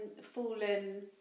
fallen